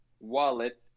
wallet